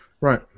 Right